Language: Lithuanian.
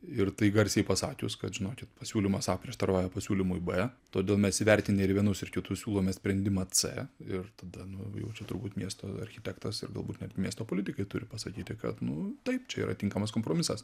ir tai garsiai pasakius kad žinokit pasiūlymas a prieštarauja pasiūlymui b todėl mes įvertinę ir vienus ir kitus siūlome sprendimą c ir tada nu jau čia turbūt miesto architektas ir galbūt netgi miesto politikai turi pasakyti kad nu taip čia yra tinkamas kompromisas